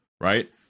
right